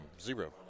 zero